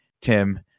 Tim